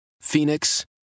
Phoenix